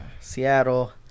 Seattle